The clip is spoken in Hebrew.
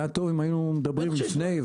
היה טוב אם היינו מדברים לפני,